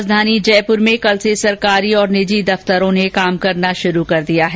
राजधानी जयपुर में कल से सरकारी और निजी दफ्तरों ने काम करना शुरू कर दिया है